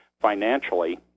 financially